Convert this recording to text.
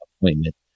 appointment